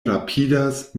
rapidas